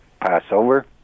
Passover